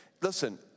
Listen